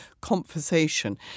conversation